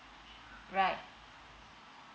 right